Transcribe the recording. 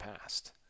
past